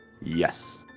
Yes